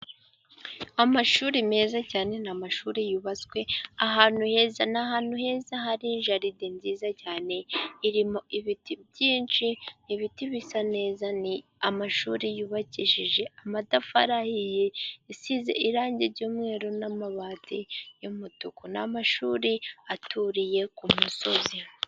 Amashuri meza cyane, ni amashuri yubatswe ahantu heza ni ahantu heza hari jaride nziza cyane, irimo ibiti byinshi ni ibiti bisa neza, ni amashuri yubakishije amatafari ahiye asize irangi ry'umweru, n'amabati y'umutuku, ni amashuri aturiye ku musozi.